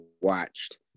watched